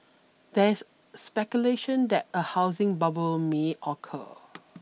there's speculation that a housing bubble may occur